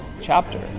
chapter